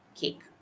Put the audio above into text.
cake